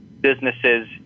businesses